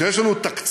כשיש לנו תקציב